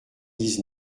dix